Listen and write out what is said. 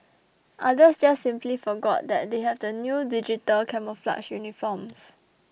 others just simply forgot that they have the new digital camouflage uniforms